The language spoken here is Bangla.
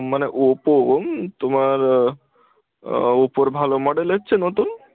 মানে ওপো তোমার ওপোর ভালো মডেল এসছে নতুন